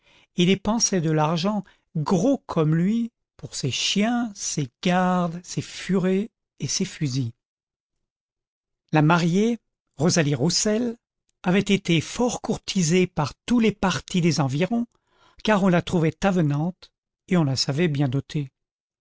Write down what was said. et dépensait de l'argent gros comme lui pour ses chiens ses gardes ses furets et ses fusils la mariée rosalie roussel avait été fort courtisée par tous les partis des environs car on la trouvait avenante et on la savait bien dotée